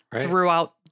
throughout